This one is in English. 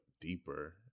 deeper